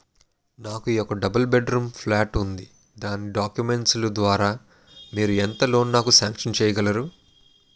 నాకు ఒక double bedroom flat ఉంది దాని డాక్యుమెంట్స్ లు ద్వారా మీరు ఎంత లోన్ నాకు సాంక్షన్ చేయగలరు?